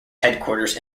headquarters